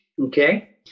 okay